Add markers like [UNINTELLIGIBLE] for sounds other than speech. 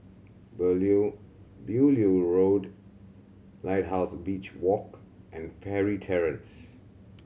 [UNINTELLIGIBLE] Beaulieu Road Lighthouse Beach Walk and Parry Terrace